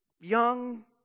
young